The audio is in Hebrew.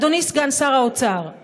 אדוני סגן שר האוצר,